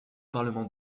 parlement